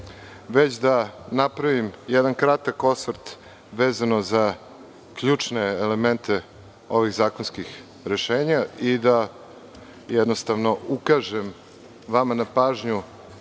već da napravim jedan kratak osvrt vezano za ključne elemente ovih zakonskih rešenja i da jednostavno ukažem vama na pažnju